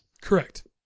Correct